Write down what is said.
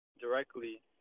directly